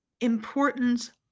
importance